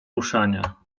ruszania